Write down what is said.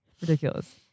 Ridiculous